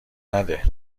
نده